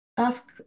ask